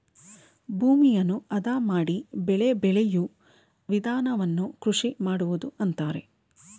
ಭೂಮಿಯನ್ನು ಅದ ಮಾಡಿ ಬೆಳೆ ಬೆಳೆಯೂ ವಿಧಾನವನ್ನು ಕೃಷಿ ಮಾಡುವುದು ಅಂತರೆ